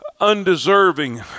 Undeserving